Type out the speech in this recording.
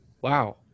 Wow